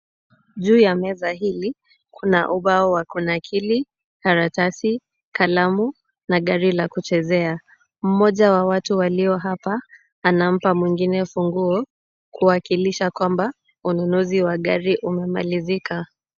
Juu ya meza hili, kuna ubao wa kunakili, karatasi, kalamu na gari la kuchezea. Mmoja wa watu walio hapa anampa mwingine funguo, kuwakilisha kwamba ununuzi wa gari umemalizika.